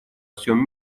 всем